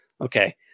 Okay